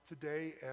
today